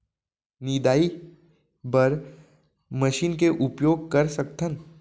निंदाई बर का मशीन के उपयोग कर सकथन?